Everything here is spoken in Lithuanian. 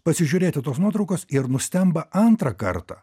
pasižiūrėti tos nuotraukos ir nustemba antrą kartą